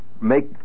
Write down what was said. make